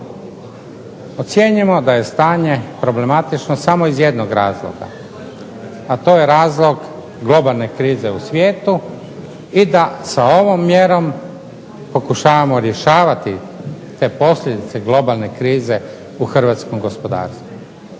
Ocjenjujemo da je stanje problematično samo iz jednog razloga, a to je razlog globalne krize u svijetu i da sa ovom mjerom pokušavamo rješavati te posljedice globalne krize u hrvatskom gospodarstvu.